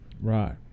Right